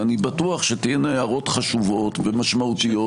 ואני בטוח שתהיינה הערות חשובות ומשמעותיות,